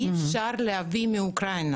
אי אפשר להביא אותן מאוקראינה.